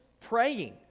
praying